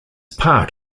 part